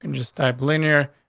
and just type linear,